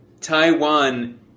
Taiwan